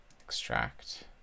extract